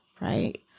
right